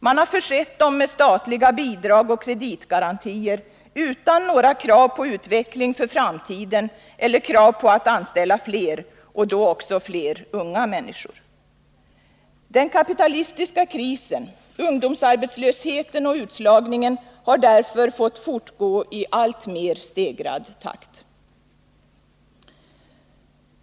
Man har försett dem med statliga bidrag och kreditgarantier, utan några krav på utveckling för framtiden eller på att anställa fler, och då också fler unga människor. Den kapitalistiska krisen, ungdomsarbetslösheten och utslagningen har därför fått fortgå i alltmer stegrad takt.